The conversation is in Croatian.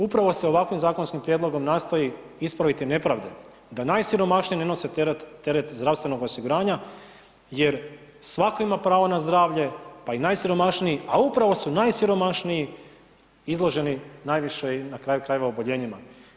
Upravo se ovakvim zakonskim prijedlogom nastoji ispraviti nepravde, da najsiromašniji ne nose teret zdravstvenog osiguranja jer svatko ima pravo na zdravlje, pa i najsiromašniji, a upravo su najsiromašniji izloženi najviše i na kraju krajeva i oboljenjima.